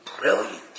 brilliant